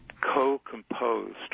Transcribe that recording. co-composed